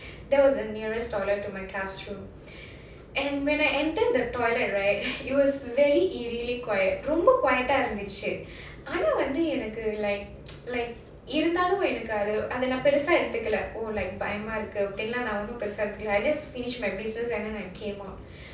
that was the nearest toilet to my classroom and when I entered the toilet right it was very eerily quiet ரொம்ப:romba quiet ah இருந்துச்சு ஆனா வந்து:irundhuchu aanaa vandhu like like இருந்தாலும் வந்து எதும் நா பெருசா எடுத்துக்குல:irundhaalum vandhu edhum naa perusaa eduthukala I just finished my business and then I came out